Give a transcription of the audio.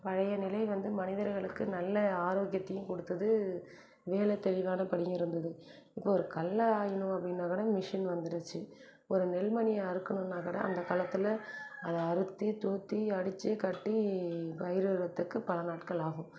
பழைய நிலை வந்து மனிதர்களுக்கு நல்ல ஆரோக்கியத்தையும் கொடுத்தது வேலை தெளிவான படியும் இருந்தது அப்புறம் ஒரு கடல ஆயணும் அப்படின்னாகக்கூட மிஷின் வந்துருச்சு ஒரு நெல்மணி அறுக்கனுன்னால் கூட அந்தக்காலத்தில் அதை அறுத்து தூத்தி அடிச்சு கட்டி பயிரிடறத்துக்கு பலநாட்கள் ஆகும்